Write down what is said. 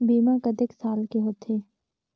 बीमा कतेक साल के होथे?